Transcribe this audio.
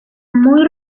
muy